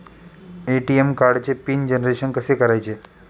ATM कार्डचे PIN generation कसे करायचे?